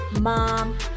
mom